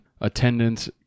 attendance